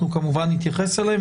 אנחנו כמובן נתייחס אליהן,